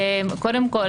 קודם כול